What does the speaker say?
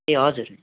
ए हजुर